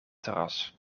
terras